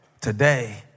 Today